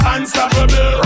Unstoppable